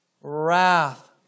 wrath